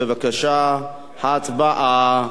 בבקשה, הצבעה.